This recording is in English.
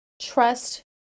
Trust